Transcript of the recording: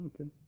Okay